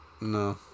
no